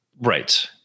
Right